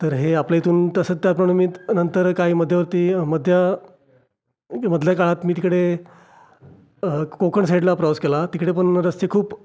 तर हे आपल्या इथून तसंच त्याप्रमाणे मी नंतर काही मध्यवर्ती मध्य मधल्या काळात मी तिकडे कोकण साईडला प्रवास केला तिकडे पण रस्ते खूप